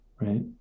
right